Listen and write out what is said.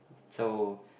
so